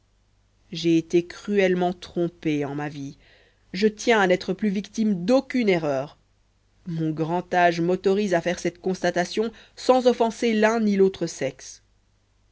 j'ai été cruellement trompé en ma vie je tiens à n'être plus victime d'aucune erreur mon grand âge m'autorise à faire cette constatation sans offenser l'un ni l'autre sexe